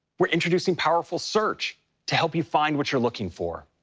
we're introducing powerful search to help you find what you're looking for.